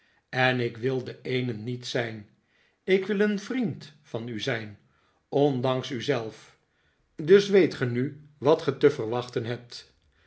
en ik wil de eene niet zijn ik wil een vriend van u zijn ondanks u zelf dus weet ge nu wat ge te verwachten hebt